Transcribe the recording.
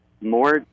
more